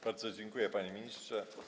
Bardzo dziękuję, panie ministrze.